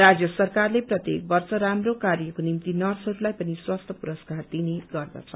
राज्य सरकारले प्रत्येक वर्ष राम्रो कार्यको निम्ति नर्सहरूलाई पनि स्वास्थ्य परस्कार दिने गर्दछ